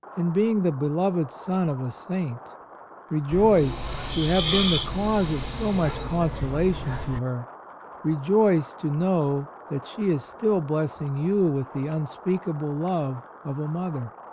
in being the beloved son of a saint rejoice to have been the cause of so much consolation to her rejoice to know that she is still blessing you with the unspeakable love of a mother!